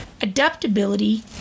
adaptability